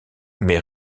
mes